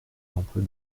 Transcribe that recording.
l’emploi